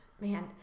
Man